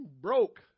broke